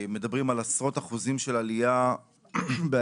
מדברים על עשרות אחוזים של עלייה בהגשת